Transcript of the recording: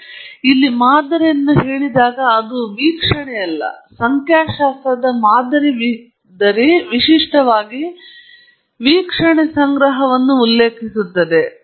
ನಾನು ಇಲ್ಲಿ ಮಾದರಿಯನ್ನು ಹೇಳಿದಾಗ ಅದು ಒಂದು ವೀಕ್ಷಣೆಯಲ್ಲ ಸಂಖ್ಯಾಶಾಸ್ತ್ರದ ಮಾದರಿ ವಿಶಿಷ್ಟವಾಗಿ ವೀಕ್ಷಣೆ ಸಂಗ್ರಹವನ್ನು ಉಲ್ಲೇಖಿಸುತ್ತದೆ